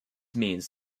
means